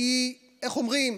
כי איך אומרים?